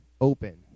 open